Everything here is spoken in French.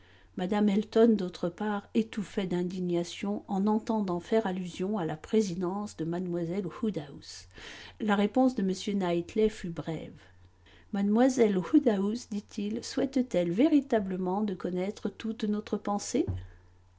mme elton d'autre part étouffait d'indignation en entendant faire allusion à la présidence de mlle woodhouse la réponse de m knightley fut brève mademoiselle woodhouse dit-il souhaite t elle véritablement de connaître toute notre pensée